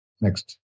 Next